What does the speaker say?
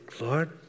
Lord